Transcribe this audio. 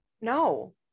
No